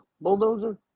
bulldozer